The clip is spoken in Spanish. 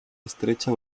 estrecha